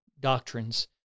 doctrines